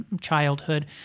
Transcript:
childhood